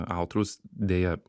autoriaus deja